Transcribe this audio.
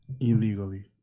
illegally